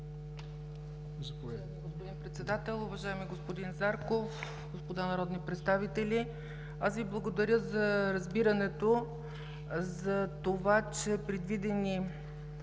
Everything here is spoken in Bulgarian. господин Председател. Уважаеми господин Зарков, господа народни представители! Аз Ви благодаря за разбирането, че предвидени